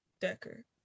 decker